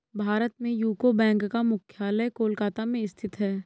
भारत में UCO bank का मुख्यालय कोलकाता में स्थित है